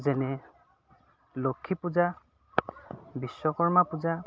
যেনে লক্ষী পূজা বিশ্বকৰ্মা পূজা